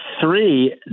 three